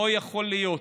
לא יכול להיות